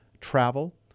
travel